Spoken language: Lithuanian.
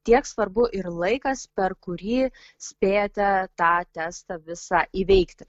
tiek svarbu ir laikas per kurį spėjote tą testą visa įveikti